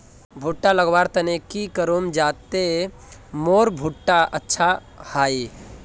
भुट्टा लगवार तने की करूम जाते मोर भुट्टा अच्छा हाई?